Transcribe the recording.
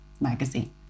magazine